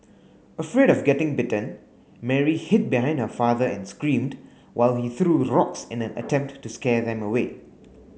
afraid of getting bitten Mary hid behind her father and screamed while he threw rocks in an attempt to scare them away